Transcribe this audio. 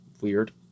weird